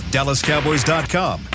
DallasCowboys.com